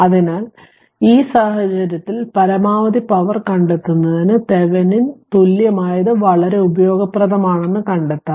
അതിനാൽ ഈ സാഹചര്യത്തിൽ പരമാവധി പവർ കണ്ടെത്തുന്നതിന് തെവെനിൻ തുല്യമായത് വളരെ ഉപയോഗപ്രദമാണെന്ന് കണ്ടെത്തും